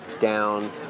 down